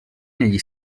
negli